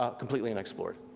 ah completely unexplored.